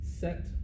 set